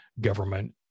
government